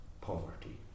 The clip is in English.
poverty